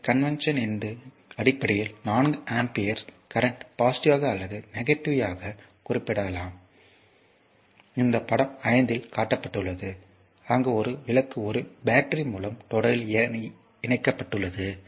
இந்த கன்வென்ஷன் இன் அடிப்படையில் 4 ஆம்பியர்களின் கரண்ட் பாசிட்டிவ்வாக அல்லது நெகட்டிவ் யாகக் குறிப்பிடப்படலாம் இது படம் 5 இல் காட்டப்பட்டுள்ளது அங்கு ஒரு விளக்கு ஒரு பேட்டரி மூலம் தொடரில் இணைக்கப்பட்டுள்ளது